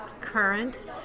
current